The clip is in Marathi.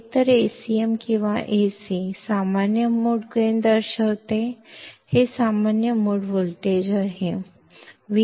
एकतर Acm किंवा Ac सामान्य मोड गेन दर्शवते हे सामान्य मोड व्होल्टेज आहे Vc किंवा Vcm